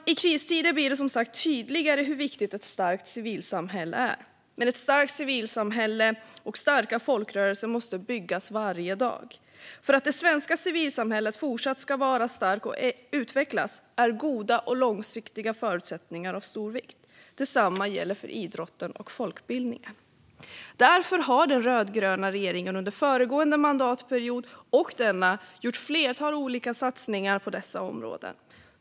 I kristider blir det som sagt tydligare hur viktigt ett starkt civilsamhälle är. Men ett starkt civilsamhälle och starka folkrörelser måste byggas varje dag. För att det svenska civilsamhället även fortsatt ska vara starkt och utvecklas är goda och långsiktiga förutsättningar av stor vikt. Detsamma gäller för idrotten och folkbildningen. Därför har den rödgröna regeringen under föregående mandatperiod och denna gjort ett flertal olika satsningar på dessa områden.